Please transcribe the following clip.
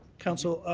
council,